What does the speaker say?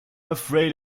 afraid